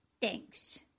Thanks